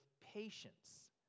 patience